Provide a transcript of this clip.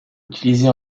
utilisée